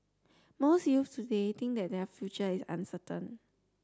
most youths today think that their future is uncertain